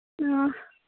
ꯑꯥ